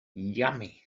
yummy